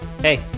Hey